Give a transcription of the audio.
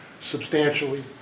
substantially